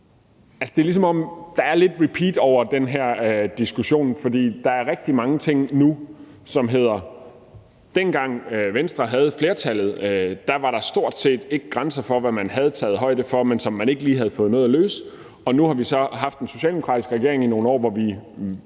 det er, som om der er lidt repeat over den her diskussion, for der kommer rigtig mange ting frem nu, som går ud på, at dengang Venstre havde flertallet, var der stort set ikke grænser for, hvilke problemer man havde taget højde for, men ikke lige havde nået at løse. Og nu har vi så haft en socialdemokratisk regering i nogle år, hvor vi